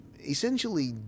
essentially